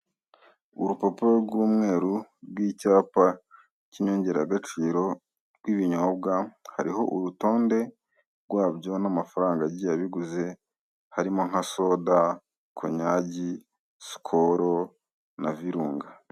Urupapuro rw'umweru rw'icyapa cy'inyongeragaciro rw'ibinyobwa, hariho urutonde rwabyo n'amafaranga agiye abiguze. Harimo nka soda, konyagi, sikoru na virunga.